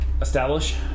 establish